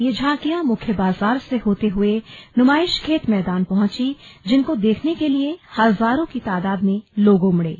ये झांकियां मुख्य बाजार से होते हए नुमाईशखेत मैदान पहंची जिनको देखने के लिए हजारों की तादाद में लोग उमड़े